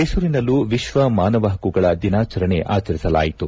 ಮೈಸೂರಿನಲ್ಲೂ ವಿಶ್ವ ಮಾನವ ಪಕ್ಕುಗಳ ದಿನಾಚರಣೆ ಆಚರಿಸಲಾಯಿತು